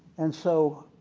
and so,